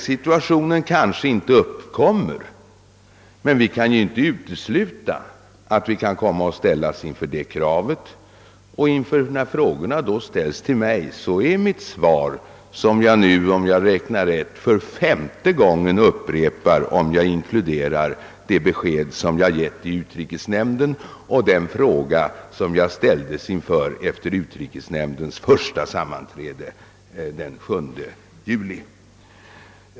Situationen kanske inte uppkommer men vi kan inte utesluta att Sverige kommer att ställas inför kravet. När då frågorna ställs till mig är mitt svar detta, som jag, om jag räknar rätt, nyss upprepat för femte gången — om jag inkluderar det besked jag givit pressen på den fråga jag ställdes inför efter utrikesnämndens första sammanträde den 7 juli.